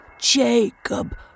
Jacob